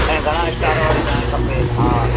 ऐं घणा स्टार वारी तव्हांखे खपे हा